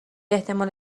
احتمال